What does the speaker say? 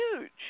huge